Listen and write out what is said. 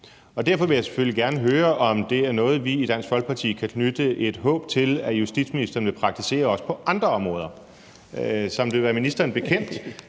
Derfor vil jeg selvfølgelig gerne høre, om det er noget, vi i Dansk Folkeparti kan knytte et håb til at justitsministeren vil praktisere også på andre områder. Som det vil være ministeren bekendt,